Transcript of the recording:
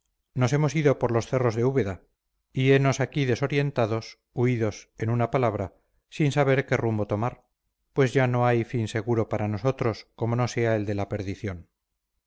nos hemos ido por los cerros de úbeda y hemos aquí desorientados huidos en una palabra sin saber qué rumbo tomar pues ya no hay fin seguro para nosotros como no sea el de la perdición